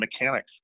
mechanics